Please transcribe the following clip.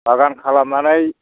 बागान खालामनानै